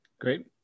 Great